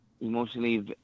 emotionally